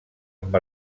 amb